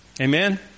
Amen